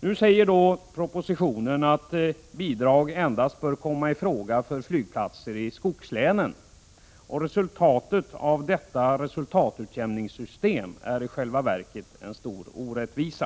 Nu sägs i propositionen att bidrag endast bör komma i fråga för flygplatser i skogslänen. Resultatet av detta resultatutjämningssystem är i själva verket en stor orättvisa.